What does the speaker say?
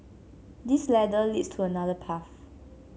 this ladder leads to another path